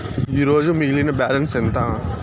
ఈరోజు మిగిలిన బ్యాలెన్స్ ఎంత?